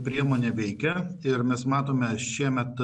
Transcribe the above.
priemonė veikia ir mes matome šiemet